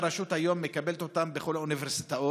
שהרשות היום מקבלת אותם בכל האוניברסיטאות,